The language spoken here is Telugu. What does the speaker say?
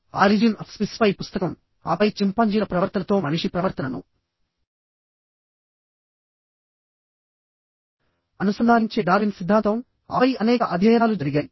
ఆరిజిన్ అఫ్ స్పిసీస్ పై పుస్తకం ఆపై చింపాంజీల ప్రవర్తనతో మనిషి ప్రవర్తనను అనుసంధానించే డార్విన్ సిద్ధాంతం ఆపై అనేక అధ్యయనాలు జరిగాయి